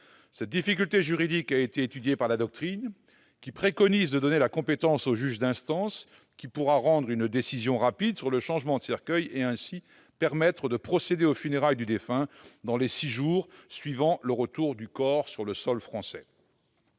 Cette difficulté juridique a été étudiée par la doctrine, qui préconise de donner la compétence au juge d'instance, qui pourra rendre une décision rapide sur le changement de cercueil et ainsi permettre de procéder aux funérailles du défunt dans les six jours suivant le retour du corps sur le sol français.